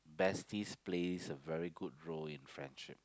besties play a very good role in friendship